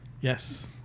Yes